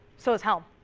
so is helm.